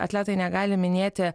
atletai negali minėti